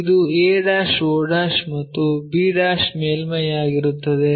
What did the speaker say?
ಇದು a o ಮತ್ತು b ಮೇಲ್ಮೈಯಾಗಿರುತ್ತದೆ